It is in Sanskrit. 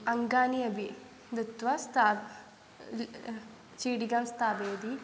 अङ्कानि अपि दत्वा स्ता चीटिकां स्थापयति